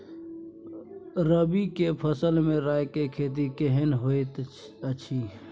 रबी फसल मे राई के खेती केहन होयत अछि?